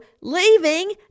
leaving